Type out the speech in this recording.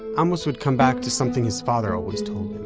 um amos would come back to something his father always told him,